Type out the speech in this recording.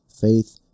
faith